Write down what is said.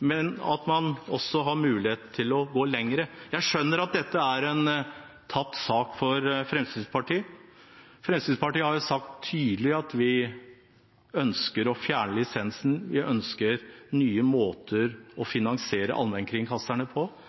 men man har også mulighet til å gå lenger. Jeg skjønner at dette er en tapt sak for Fremskrittspartiet. Fremskrittspartiet har sagt tydelig at vi ønsker å fjerne lisensen; vi ønsker nye måter å finansiere allmennkringkastingen på.